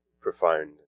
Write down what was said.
profound